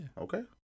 okay